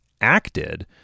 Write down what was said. acted